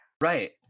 Right